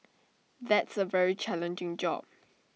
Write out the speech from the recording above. that's A very challenging job